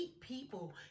people